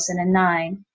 2009